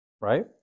right